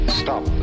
stop